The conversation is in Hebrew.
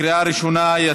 אין נמנעים.